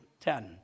Ten